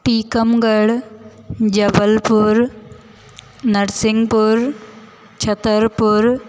Tikamgarh Jabalpur Narsinghpur Chhatarpur